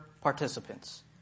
participants